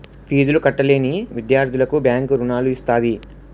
ఫీజులు కట్టలేని విద్యార్థులకు బ్యాంకు రుణాలు ఇస్తది